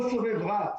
כל סובב רהט,